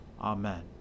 Amen